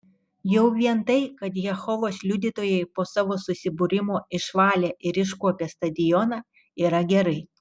jau vien tai kad jehovos liudytojai po savo susibūrimo išvalė ir iškuopė stadioną yra gerai